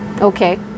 okay